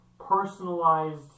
personalized